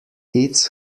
its